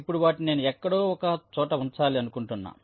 ఇప్పుడు వాటిని నేను ఎక్కడో ఒక చోట ఉంచాలి అనుకుంటున్నా